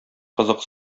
кызык